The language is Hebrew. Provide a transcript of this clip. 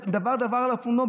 דבר דבור על אופניו,